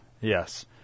Yes